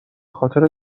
خاطر